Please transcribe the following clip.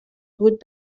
بود